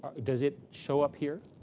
does it show up here.